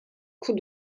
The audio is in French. coup